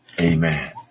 Amen